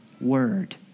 word